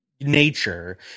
nature